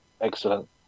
Excellent